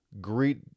greet